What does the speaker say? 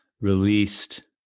released